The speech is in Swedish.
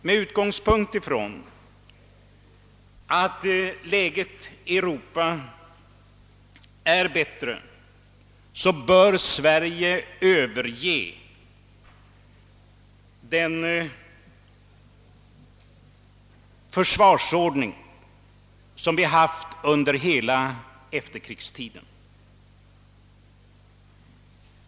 Med utgångspunkt i att läget i Europa är bättre bör Sverige överge den försvarsordning som vi haft under hela efterkrigstiden.